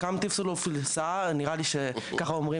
"כם תאוסול פי-אלסעה?" כמדומני שככה אומרים